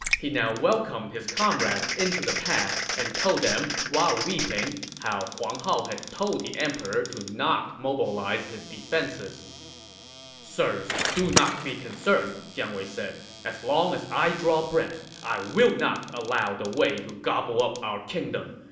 he now welcomed his comrades into the pass and told them, while weeping, how huang hao had told the emperor to not mobilize his defenses sir, sir, do not be concerned, jiang wei said. as long as i draw breath, i will not allow the wei to gobble up our kingdom.